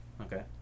okay